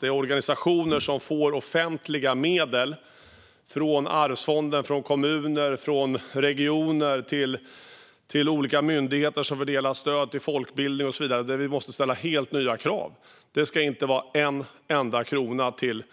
Det handlar om organisationer som får offentliga medel från Allmänna arvsfonden, kommuner, regioner och olika myndigheter som fördelar stöd till folkbildning. Vi måste ställa helt nya krav. Inte en enda krona ska gå till